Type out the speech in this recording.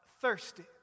thirsty